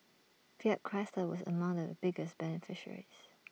fiat Chrysler was among the biggest beneficiaries